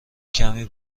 کمی